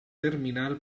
terminal